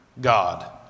God